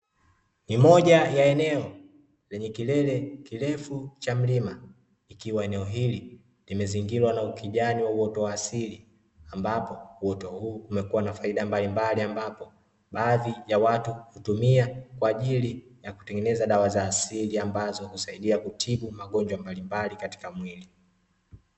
Ni moja ya eneo lenye kilele kirefu cha mlima, ikiwa eneo hili limezingirwa na ukijani wa uoto wa asili ambapo uoto huu umekuwa na faida mbalimbali ambapo baadhi ya watu hutumia kwa ajili ya kutengeneza dawa za asili ambazo husaidia kutibu magonjwa mbalimbali katika mwili.